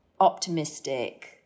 optimistic